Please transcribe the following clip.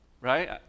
right